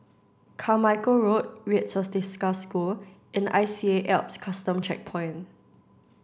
Carmichael Road Red Swastika School and I C A Alps Custom Checkpoint